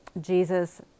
Jesus